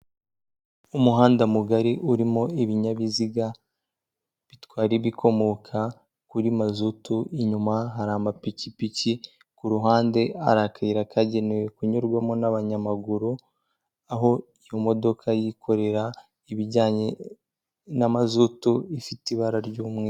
Umuhanda mugari urimo ibinyabiziga bitwara ibikomoka kuri mazutu inyuma hari amapikipiki ku ruhande hari akayira kagenewe kunyurwamo n'abanyamaguru, aho iyo modoka yikorera ibijyanye na mazutu ifite ibara ry'umweru.